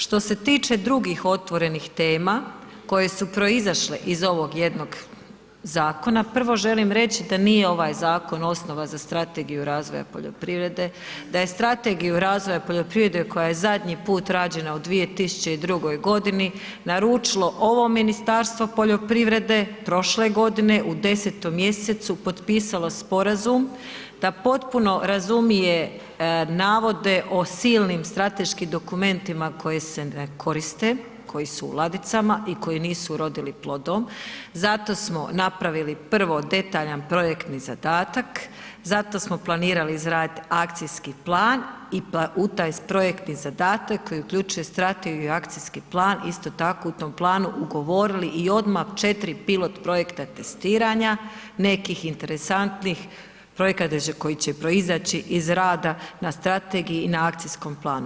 Što se tiče drugih otvorenih tema, koje su proizašle iz ovog jednog zakona, prvo želim reći da nije ovaj zakon osnova za strategiju razvoja poljoprivrede, da je strategiju razvoja poljoprivrede koja je zadnji put rađena u 2002. godini naručilo ovo Ministarstvo poljoprivrede, prošle godine u 10. mjesecu potpisalo sporazum da potpuno razumije navode o silnim strateški dokumentima koji se ne koriste, koji su u ladicama i koji nisu urodili plodom, zato smo napravili, prvo detaljan projektni zadatak, zato smo planirali izradit akcijski plan i u taj projektni zadatak koji uključuje strategiju i akcijski plan isto tako u tom planu ugovorili i odma 4 pilot projekta testiranja, nekih interesantnih projekata koji će proizaći iz rada na strategiji i na akcijskom planu.